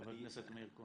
חבר הכנסת מאיר כהן.